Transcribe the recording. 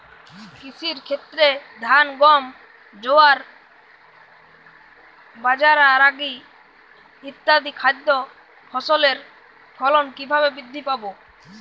কৃষির ক্ষেত্রে ধান গম জোয়ার বাজরা রাগি ইত্যাদি খাদ্য ফসলের ফলন কীভাবে বৃদ্ধি পাবে?